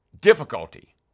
Difficulty